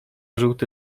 żółty